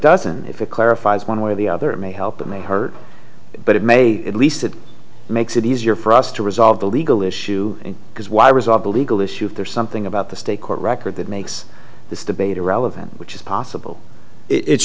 doesn't if it clarifies one way or the other it may help may hurt but it may at least it makes it easier for us to resolve the legal issue because why resolve a legal issue if there's something about the state court record that makes this debate irrelevant which is possible it's